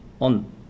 On